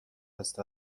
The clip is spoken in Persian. است